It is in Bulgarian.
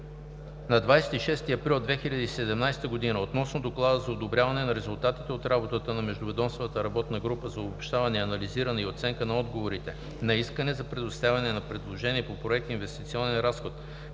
на 26 април 2017 г. относно „Доклад за одобряване на резултатите от работата на Междуведомствената работна група за обобщаване, анализиране и оценка на отговорите на Искане за предоставяне на предложение по Проект за инвестиционен разход